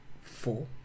four